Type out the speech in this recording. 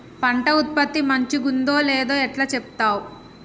పంట ఉత్పత్తి మంచిగుందో లేదో ఎట్లా చెప్తవ్?